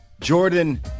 Jordan